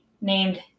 named